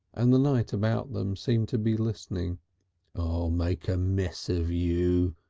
and the night about them seemed to be listening. i'll make a mess of you,